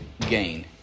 gain